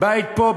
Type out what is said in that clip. בית פה,